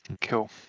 cool